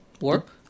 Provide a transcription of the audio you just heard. Warp